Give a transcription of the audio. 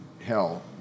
hell